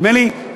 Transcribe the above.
נדמה לי,